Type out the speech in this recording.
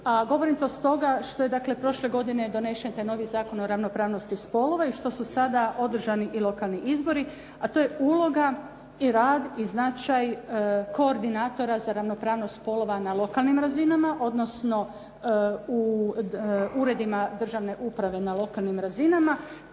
govorim to stoga što je dakle prošle godine donesen taj novi Zakon o ravnopravnosti spolova i što su sada održani i lokalni izbori, a to je uloga i rad i značaj koordinatora za ravnopravnost spolova na lokalnim razinama, odnosno u uredima državne uprave na lokalnim razinama,